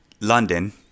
London